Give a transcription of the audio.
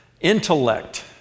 intellect